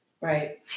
Right